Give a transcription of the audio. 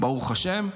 ברוך השם,